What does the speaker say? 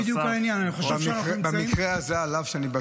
גם כשאני הייתי